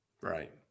Right